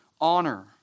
honor